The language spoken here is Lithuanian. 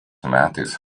metais